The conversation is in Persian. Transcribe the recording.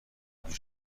قایم